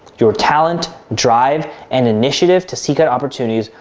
your talent drive and initiative to seek out opportunities,